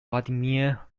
vladimir